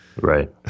Right